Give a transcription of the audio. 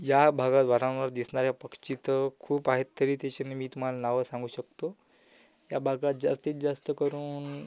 या भागात वारंवार दिसणाऱ्या पक्षी तर खूप आहेत तरी त्याची मी तुम्हाला नावं सांगू शकतो या भागात जास्तीत जास्त करून